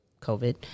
covid